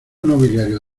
nobiliario